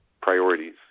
priorities